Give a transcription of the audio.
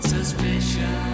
Suspicion